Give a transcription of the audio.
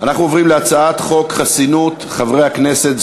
אנחנו עוברים להצעת חוק חסינות חברי הכנסת,